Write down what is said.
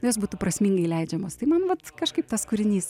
jos būtų prasmingai leidžiamos tai man vat kažkaip tas kūrinys